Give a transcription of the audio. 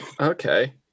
Okay